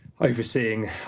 overseeing